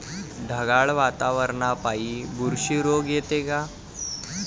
ढगाळ वातावरनापाई बुरशी रोग येते का?